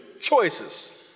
choices